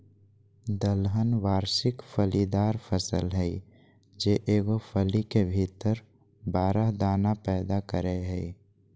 दलहन वार्षिक फलीदार फसल हइ जे एगो फली के भीतर बारह दाना पैदा करेय हइ